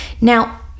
Now